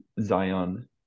Zion